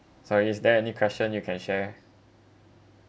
so is there any question you can share